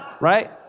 right